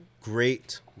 Great